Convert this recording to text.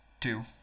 two